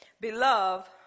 beloved